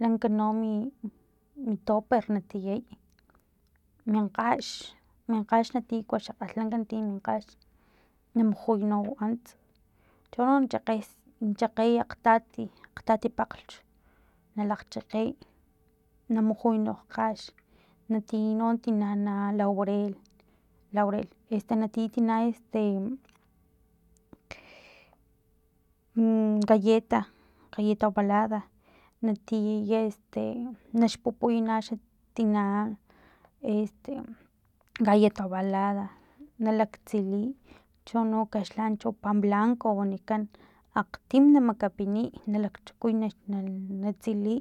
lanka no mi toper na tiyay min kgax min kgax na tiyay liku xa kgalhlank nin kgax na mujuy no ants chono na chakgey na chakey akgtat akgtati pakglch na lakgchakgey na mujuy no kgax na tiey no tina no laurel na tiey tina este mm galleta galleta ovalada na tiyaye este naxpupuy na xa tina este galleta ovalada nalaktsiliy cho no kaxlanchi pan blanco wanikan akgtim na makapiniy i na lakchukuy na na tsiliy